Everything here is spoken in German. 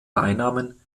beinamen